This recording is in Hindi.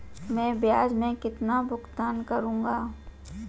मैं ब्याज में कितना भुगतान करूंगा?